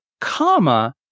comma